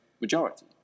majority